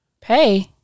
Pay